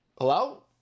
hello